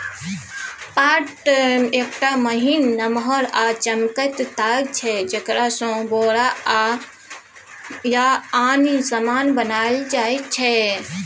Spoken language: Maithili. पाट एकटा महीन, नमहर आ चमकैत ताग छै जकरासँ बोरा या आन समान बनाएल जाइ छै